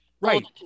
Right